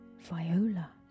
Viola